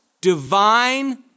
divine